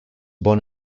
born